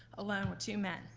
alone with two men.